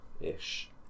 ish